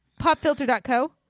Popfilter.co